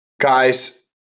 Guys